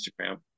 Instagram